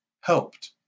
helped